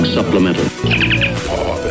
Supplemental